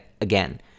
again